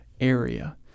area